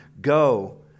go